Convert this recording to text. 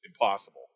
impossible